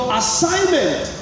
assignment